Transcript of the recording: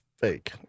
fake